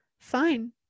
Fine